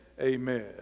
amen